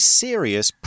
serious